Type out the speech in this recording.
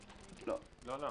לו.